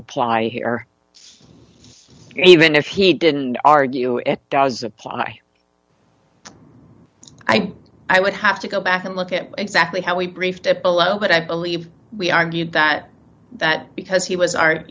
apply here even if he didn't argue it does apply i think i would have to go back and look at exactly how we briefed it below but i believe we argued that that because he was